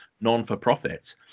non-for-profit